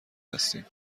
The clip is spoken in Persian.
هستیم